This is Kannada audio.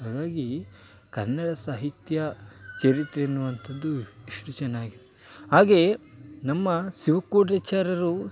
ಹಾಗಾಗಿ ಕನ್ನಡ ಸಾಹಿತ್ಯ ಚರಿತ್ರೆ ಅನ್ನುವಂಥದ್ದು ಎಷ್ಟು ಚೆನ್ನಾಗಿದೆ ಹಾಗೇ ನಮ್ಮ ಶಿವಕೋಟ್ಯಾಚಾರ್ಯರು